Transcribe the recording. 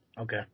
Okay